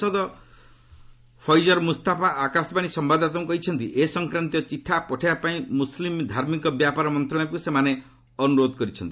ସାଂସଦ ଫୈଜର ମୁସ୍ତାଫା ଆକାଶବାଣୀର ସମ୍ଭାଦଦାତାଙ୍କ କହିଛନ୍ତି ଏ ସଂକ୍ରାନ୍ତୀୟ ଚିଠା ପଠାଇବା ପାଇଁ ମୁସଲିମ୍ ଧାର୍ମିକ ବ୍ୟାପାର ମନ୍ତ୍ରଣାଳୟକୁ ସେମାନେ ଅନୁରୋଧ କରିଛନ୍ତି